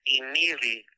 Immediately